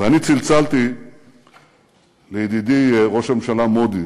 ואני צלצלתי לידידי ראש הממשלה מודי